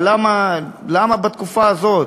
אבל למה בתקופה הזאת?